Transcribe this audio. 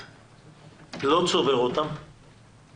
לא צובר אותן כשהוא בחל"ת.